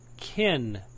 Kin